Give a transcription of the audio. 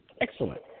Excellent